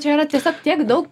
čia yra tiesiog tiek daug